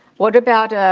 what about,